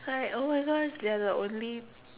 like !oh-my-gosh! they're the only